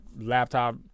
laptop